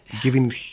giving